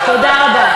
תודה רבה.